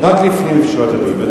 רק לפנים משורת הדין.